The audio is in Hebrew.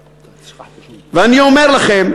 ואני אומר לכם,